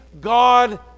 God